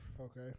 Okay